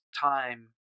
time